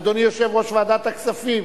אדוני יושב-ראש ועדת הכספים,